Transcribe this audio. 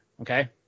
okay